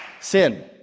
sin